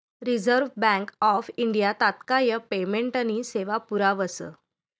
reserve Bank of India तात्काय पेमेंटनी सेवा पुरावस